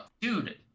Dude